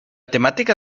temática